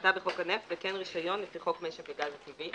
כהגדרתה בחוק הנפט וכן רישיון לפי חוק משק הגז הטבעי,